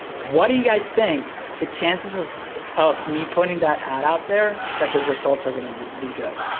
what do you guys think? the chances of of me pointing that out out there, that the results are gonna be good.